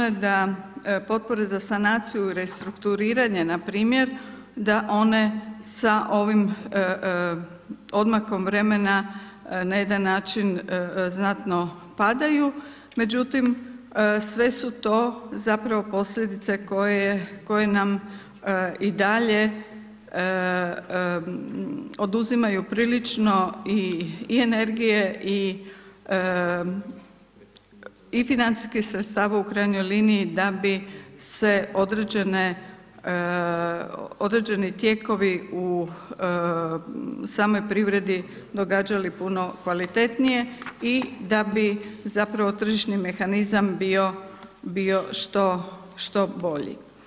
je da potpore za sanaciju restrukturiranja npr. sa ovim odmakom vremena na jedan način znatno padaju, međutim, sve su to zapravo posljedice koje nam i dalje oduzimaju prilično i energije i financijskih sredstava u krajnjoj liniji da bi se određeni tijekovi u samoj privredi događali puno kvalitetnije i da bi zapravo tržišni mehanizam bio što bolji.